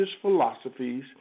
philosophies